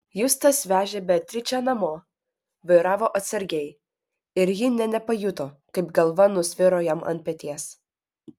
justas vežė beatričę namo vairavo atsargiai ir ji nė nepajuto kaip galva nusviro jam ant peties